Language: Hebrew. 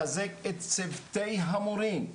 לחזק את צוותי המורים,